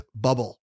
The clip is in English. bubble